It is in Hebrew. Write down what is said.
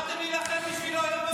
באתם להילחם בשבילו היום בוועדה.